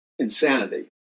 insanity